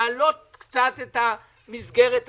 להעלות קצת את המסגרת הזאת,